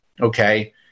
Okay